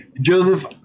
Joseph